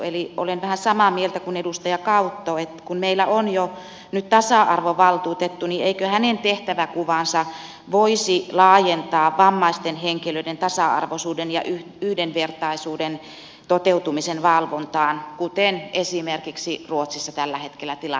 eli olen vähän samaa mieltä kuin edustaja autto että kun meillä on jo nyt tasa arvovaltuutettu niin eikö hänen tehtäväkuvaansa voisi laajentaa vammaisten henkilöiden tasa arvoisuuden ja yhdenvertaisuuden toteutumisen valvontaan kuten esimerkiksi ruotsissa tällä hetkellä tilanne on